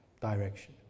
direction